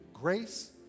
grace